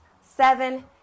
seven